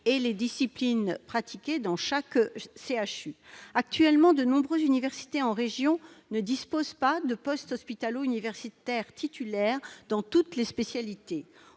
les disciplines pratiquées dans le CHU. Actuellement, de nombreuses universités en région ne disposent pas de postes hospitalo-universitaires titulaires dans toutes les spécialités.